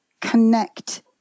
connect